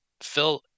phil